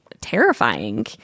terrifying